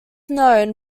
known